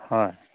হয়